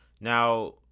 Now